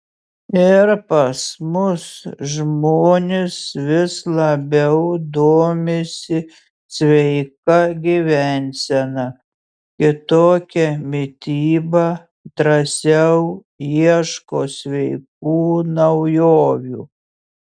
ir pas mus žmonės vis labiau domisi sveika gyvensena kitokia mityba drąsiau ieško sveikų naujovių